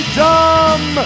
dumb